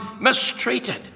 mistreated